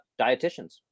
dietitians